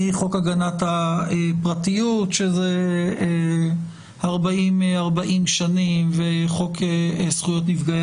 מחוק הגנת הפרטיות שזה 40 שנים וחוק זכויות נפגעי